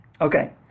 Okay